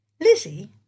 Lizzie